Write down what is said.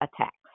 attacks